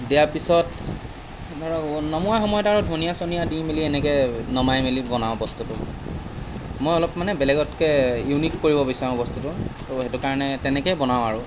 দিয়াৰ পিছত ধৰক নমোৱাৰ সময়ত আৰু ধনিয়া চনিয়া দি মেলি এনেকৈ নমাই মেলি বনাওঁ বস্তুটো মই অলপ মানে বেলেগতকৈ ইউনিক কৰিব বিচাৰোঁ বস্তুটো তো সেইটো কাৰণে তেনেকৈয়ে বনাওঁ আৰু